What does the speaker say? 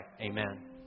Amen